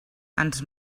ens